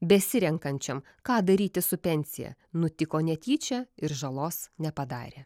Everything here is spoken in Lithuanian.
besirenkančiam ką daryti su pensija nutiko netyčia ir žalos nepadarė